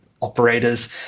operators